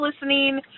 listening